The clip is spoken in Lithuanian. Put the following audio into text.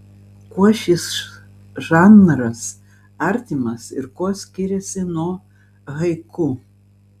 kuo šis žanras artimas ir kuo skiriasi nuo haiku